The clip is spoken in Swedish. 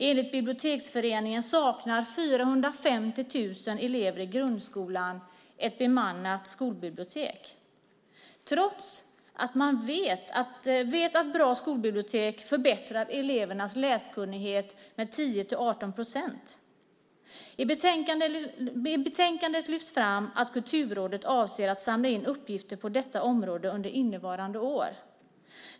Enligt Biblioteksföreningen saknar 450 000 elever i grundskolan ett bemannat skolbibliotek - trots att man vet att bra skolbibliotek förbättrar elevernas läskunnighet med 10-18 procent. I betänkandet lyfts fram att Kulturrådet avser att samla in uppgifter på detta område under innevarande år.